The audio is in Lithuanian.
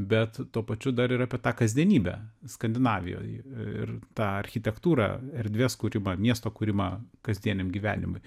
bet tuo pačiu dar ir apie tą kasdienybę skandinavijoj ir tą architektūrą erdvės kūrimą miesto kūrimą kasdieniam gyvenimui